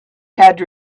had